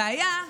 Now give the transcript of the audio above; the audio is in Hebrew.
הבעיה,